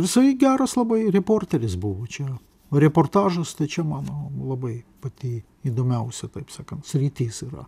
jisai geras labai reporteris buvo čia reportažas tai čia mano labai pati įdomiausia taip sakant sritis yra